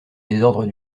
désordre